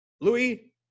Louis